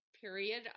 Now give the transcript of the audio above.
period